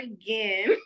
again